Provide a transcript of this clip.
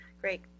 Great